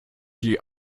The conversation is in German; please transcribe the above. die